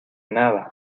nada